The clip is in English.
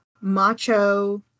macho